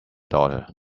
daughter